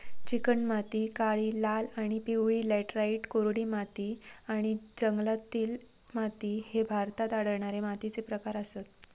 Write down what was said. चिकणमाती, काळी, लाल आणि पिवळी लॅटराइट, कोरडी माती आणि जंगलातील माती ह्ये भारतात आढळणारे मातीचे प्रकार आसत